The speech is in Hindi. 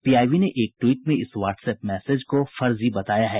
पी आई बी ने एक ट्वीट में इस वाट्सअप मैसज को फर्जी बताया है